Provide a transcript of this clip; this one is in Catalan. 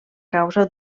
causa